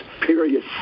period